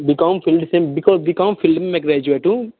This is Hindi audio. बी कॉम फील्ड से B com B com field में ग्रेजुएट हूँ